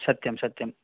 सत्यं सत्यं